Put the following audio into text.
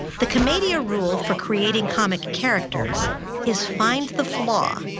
the commedia rule for creating comic characters is find the flaw,